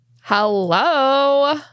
Hello